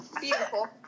Beautiful